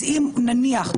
אז אם, נניח,